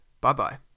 bye-bye